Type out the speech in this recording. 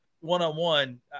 one-on-one